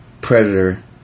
Predator